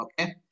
okay